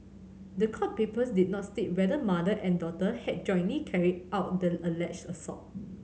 the court papers did not state whether mother and daughter had jointly carried out the alleged assault